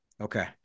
Okay